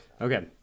Okay